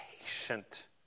patient